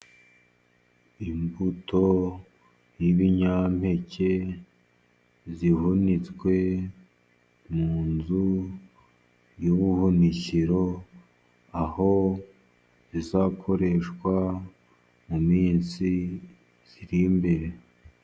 Imbuto ni ibinyampeke, zihunitswe mu nzu yubuhunikiro aho zizakoreshwa mu minsi iri imbere.